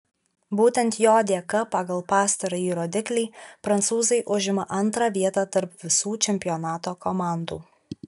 būtent jo dėka pagal pastarąjį rodiklį prancūzai užima antrą vietą tarp visų čempionato komandų